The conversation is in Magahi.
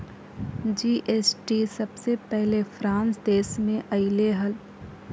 जी.एस.टी सबसे पहले फ्रांस देश मे अइले हल